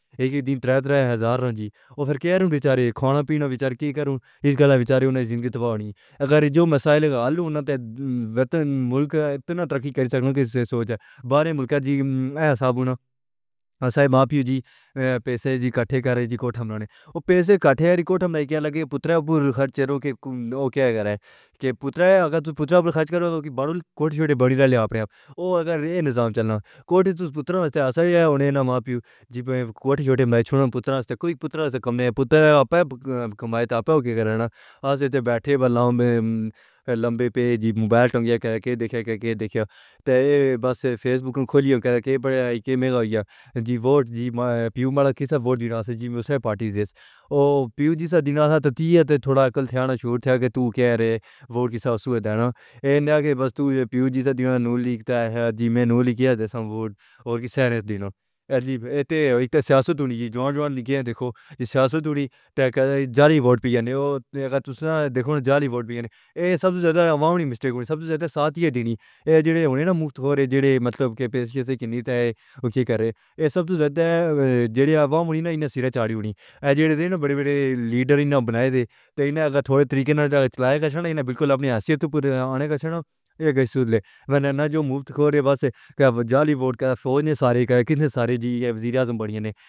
ایک دن ہزار روپے تے پھر کیا بچارے، کھانا پینا بچار کے کروں اس کل بچاری زندگی تاں نئیں۔ اگر جو مسائل آ لوں تاں وطن ملک اتنی ترقی کر سکدا اے۔ سوچیں بارے ملکا جی صاحب، نہ صاحب ماں پیو جی پیسے جی کٹ کر جی کوٹہ مرنا تے پیسے کٹ رکھے۔ اساں کہا پتر اپنے خرچے دا کیہ کرے؟ ایہہ پوتلا اے، اگر توں پوتلے تے خرچ کریں گے باہر کوٹے وڈے بن جان گے۔ اوہ اگر نظام چلاؤ کوٹے تاں پوتلے استعمال ہون والا پیو جی کوٹے چھڈ پترے استعمال ہندے نیں۔ پتہ نئیں کم کے پتر اپنی کمائی دا تے تساں کیہ کرو گے؟ ایسے بیٹھے بلاواں وچ لمبے پی جی موبائل دا کیہ دیکھو، بس فیس بک کھولی ہوئی اے تے پڑھے ہوئے او۔ میرے جیو ووٹ پیو مالا کیسے ووٹ نہیں آندا جی؟ ویسی پارٹی دیندی اے۔ اوہ پیو جی سادھی ناتھا، تھوڑی عقل سی، شہر سی جو کہہ رہا اے ووٹ کیسا سویت اے؟ ایہ نہ کہ بس توں پیو جی سا نہ لکھدا اے، میں نہ لکھیا سی سم ووٹ تے کیسے دینا عجیب اے۔ یہاں تک سیاست جوڑنی اے جوان جوڑ لکھی ہوئی اے۔ دیکھو سیاستاں نے جعلی ووٹ دتے نیں۔ اگر تشانہ دیکھو جعلی ووٹ وی سب توں زیادہ نیں۔ عوامی مسٹیک وچ سب توں زیادہ ساتھ دینا اے جو ہوئے نا مفت خور۔ جیل وچ پین دی قوت توں وی کہہ رہے نیں سب توں زیادہ جیل عوام دی سیرے چارہی ہونی اے۔ وڈے وڈے لیڈراں نے بنائے نیں، تے ایسے تھوڑے طریقے نال چلاؤ گے تاں بالکل اپنی حیثیت تے آؤ گے۔ سنو ایہ کجھ سوا جو مفت کھا رہے نیں بس، جعلی ووٹ سارے کیسے سارے وزیر اعظم بن گئے نیں۔